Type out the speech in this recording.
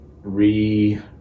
re